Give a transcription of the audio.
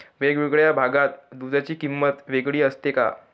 वेगवेगळ्या भागात दूधाची किंमत वेगळी असते का?